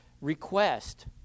request